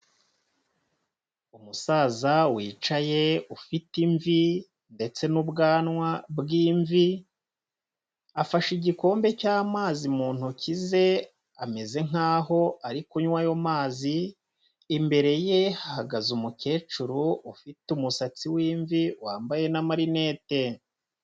Umusaza wicaye, ufite imvi ndetse n'ubwanwa bw'imvi, afashe igikombe cy'amazi mu ntoki ze, ameze nk'aho ari kunywa ayo mazi, imbere ye hahagaze umukecuru ufite umusatsi w'imvi, wambaye n'amarinete.